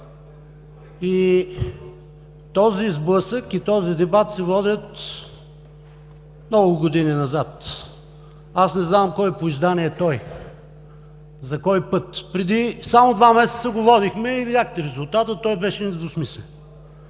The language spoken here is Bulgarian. И този сблъсък, и този дебат се водят много години назад. Аз не знам кой по издание е той. За кой път? Само преди два месеца го водихме и видяхте резултата. Той беше недвусмислен,